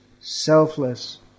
selfless